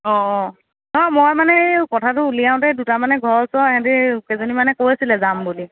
অ নহয় মানে মই কথাটো উলিয়াওঁতে দুটামানে ঘৰৰ ওচৰৰ সিহঁতি কেইজনীমানে কৈছিলে যাম বুলি